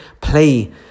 play